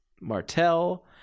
Martell